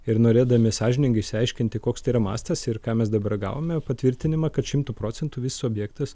ir norėdami sąžiningai išsiaiškinti koks tai yra mastas ir ką mes dabar gavome patvirtinimą kad šimtu procentų visas objektas